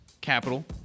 capital